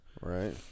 Right